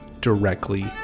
directly